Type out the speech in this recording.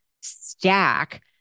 stack